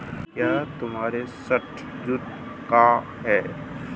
क्या तुम्हारा suit jute का है?